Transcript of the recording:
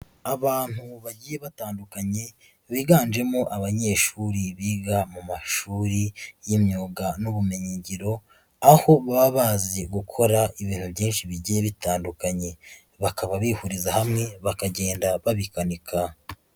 Abantu bagiye batandukanye, biganjemo abanyeshuri biga mu mashuri y'imyuga n'ubumenyingiro, aho baba bazi gukora ibintu byinshi bigiye bitandukanye, bakaba bihuriza hamwe bakagenda babikanika.